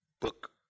book